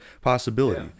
possibility